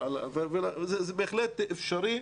זה בהחלט אפשרי.